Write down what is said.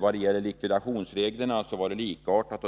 Vad beträffar likvidationsreglerna så var förhållandet likartat.